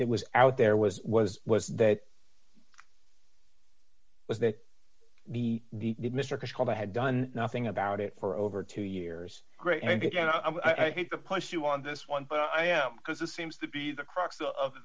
that was out there was was was that was that the the mr bush called i had done nothing about it for over two years great and i think the press you on this one but i am because it seems to be the crux of the